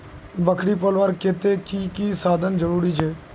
बकरी पलवार केते की की साधन जरूरी छे?